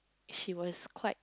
she was quite